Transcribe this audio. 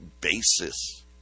basis